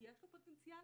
יש לו פוטנציאל